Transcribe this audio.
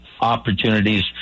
opportunities